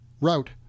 route